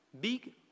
big